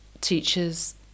teachers